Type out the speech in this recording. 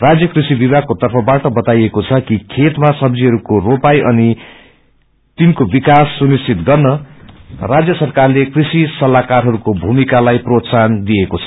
राज्य कृषि विभागको तर्फबाट बताइएको छ कि खेतमा सब्जीहरूको रोपाई अनि तिनको विद्यास सुनिश्चित गर्न राज्य सरकारले कूषि सत्ताहकारको भूमिकालाई प्रोत्साहन दिएको छ